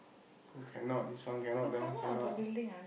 cook cannot this one cannot that one cannot